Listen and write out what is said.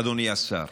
אדוני השר?